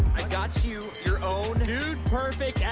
i got you your own dude perfect and